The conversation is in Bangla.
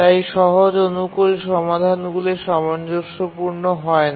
তাই সহজ অনুকূল সমাধানগুলি সামঞ্জস্যপূর্ণ হয় না